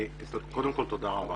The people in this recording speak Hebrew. קודם כל, תודה רבה